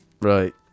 Right